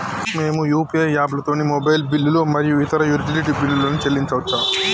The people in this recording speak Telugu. మేము యూ.పీ.ఐ యాప్లతోని మొబైల్ బిల్లులు మరియు ఇతర యుటిలిటీ బిల్లులను చెల్లించచ్చు